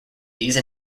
these